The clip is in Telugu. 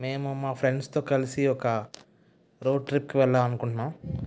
మేము మా ఫ్రెండ్స్తో కలిసి ఒక రోడ్ ట్రిప్కి వెళ్దాం అనుకుంటున్నాం